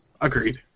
Agreed